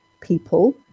people